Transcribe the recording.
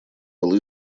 был